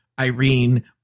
Irene